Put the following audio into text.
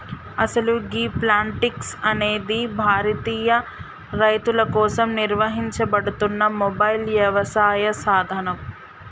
అసలు గీ ప్లాంటిక్స్ అనేది భారతీయ రైతుల కోసం నిర్వహించబడుతున్న మొబైల్ యవసాయ సాధనం